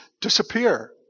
disappear